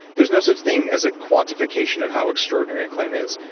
there's no such thing as a quantification of how extraordinary a claim is.